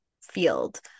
field